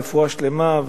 רפואה שלמה,